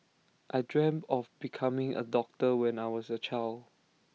I dreamt of becoming A doctor when I was A child